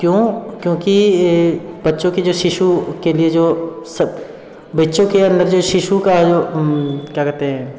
क्यों क्योंकि बच्चों के जो शिशु के लिए जो बच्चों के अन्दर जो शिशु का जो क्या कहते हैं